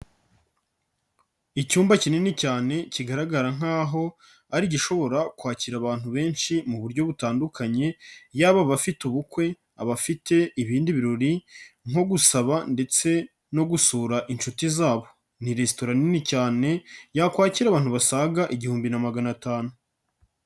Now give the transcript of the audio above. icyumba kinini cyane kigaragara nk'aho ari gishobora kwakira abantu benshi muburyo butandukanye, yaba abafite ubukwe, abafite ibindi birori nko gusaba ndetse no gusura inshuti zabo, ni resitora nini cyane yakwakira abantu basaga igihumbi na magana atanu.